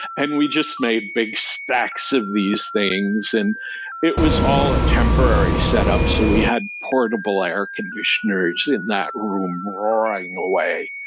and we just made big stacks of these things, and it was all a temporary set up. so we had portable air conditioners in that room roaring away.